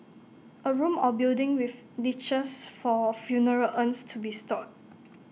A room or building with niches for funeral urns to be stored